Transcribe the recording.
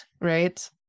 right